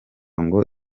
ngo